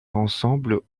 ensemble